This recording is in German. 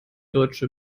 deutsche